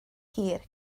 hir